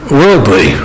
worldly